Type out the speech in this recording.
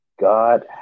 God